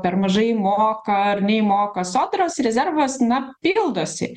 per mažai moka ar nei moka sodros rezervas na pildosi